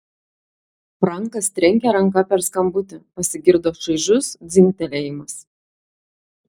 frankas trenkė ranka per skambutį pasigirdo šaižus dzingtelėjimas